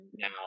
Now